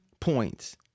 points